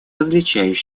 различных